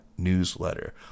newsletter